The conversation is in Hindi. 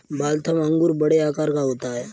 वाल्थम अंगूर बड़े आकार का होता है